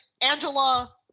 Angela